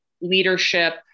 leadership